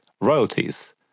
royalties